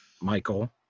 Michael